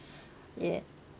ya